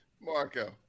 Marco